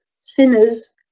sinners